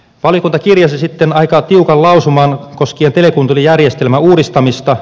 valiokunta kirjasi sitten aika tiukan lausuman koskien telekuuntelujärjestelmän uudistamista